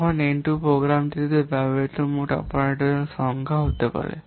তবে N 2 প্রোগ্রামটিতে ব্যবহৃত মোট অপারেন্ডের সংখ্যা হতে পারে